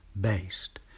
based